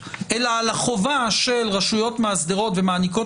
אלא על החובה של רשויות מאסדרות ומעניקות